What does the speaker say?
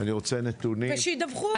ושידווחו.